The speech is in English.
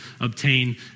obtain